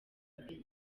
mbere